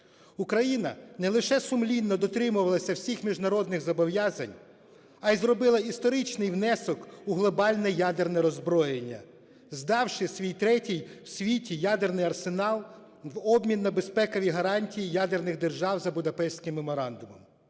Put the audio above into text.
Україна не лише сумлінно дотримувалася всіх міжнародних зобов'язань, а й зробила історичний внесок у глобальне ядерне роззброєння, здавши свій третій у світі ядерний арсенал в обмін на безпекові гарантії ядерних держав за Будапештським меморандумом.